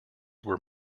were